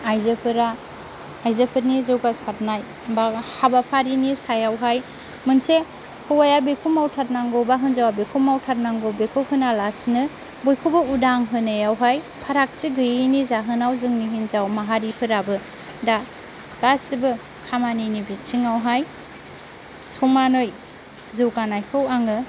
आइजोफोरा आइजोफोरनि जौगासारनाय बा हाबाफारिनि सायावहाय मोनसे हौवाया बेखौ मावथारनांगौ बा हिनजावा बेखौ मावथारनांगौ बेखौ होनालासिनो बयखौबो उदां होनायावहाय फारागथि गैयिनि जाहोनाव जोंनि हिनजाव माहारिफोराबो दा गासैबो खामानिनि बिथिङावहाय समानै जौगानायखौ आङो